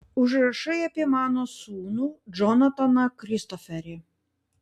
užrašai apie mano sūnų džonataną kristoferį